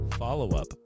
Follow-up